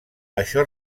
això